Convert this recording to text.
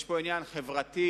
יש פה עניין חברתי,